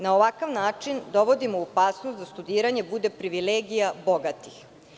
Na ovakav način dovodimo u opasnost da studiranje bude privilegija bogatih.